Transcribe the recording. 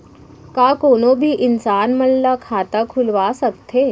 का कोनो भी इंसान मन ला खाता खुलवा सकथे?